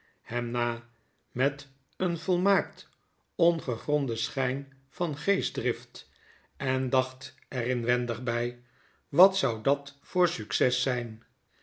hem na met een volmaakt ongegronden schyn van geestdrift en dacht er inwendig bij wat zou dat voor succes zyn